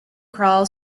crawl